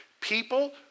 People